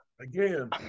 Again